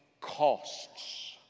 costs